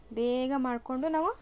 ಬೇಗ ಮಾಡಿಕೊಂಡು ನಾವು